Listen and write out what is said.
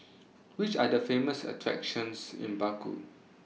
Which Are The Famous attractions in Baku